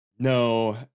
No